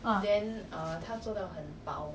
ah